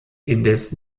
indes